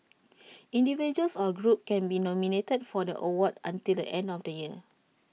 individuals or groups can be nominated for the award until the end of the year